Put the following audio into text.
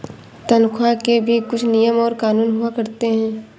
तन्ख्वाह के भी कुछ नियम और कानून हुआ करते हैं